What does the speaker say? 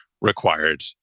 required